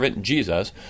Jesus